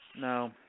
No